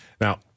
Now